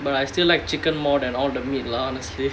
but I still like chicken more than all the meat lah honestly